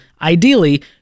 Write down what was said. ideally